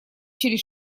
через